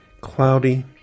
cloudy